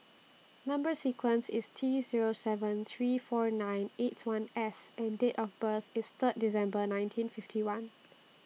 Number sequence IS T Zero seven three four nine eight one S and Date of birth IS Third December nineteen fifty one